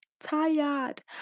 tired